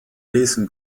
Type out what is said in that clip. lesen